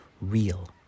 real